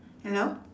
hello